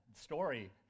story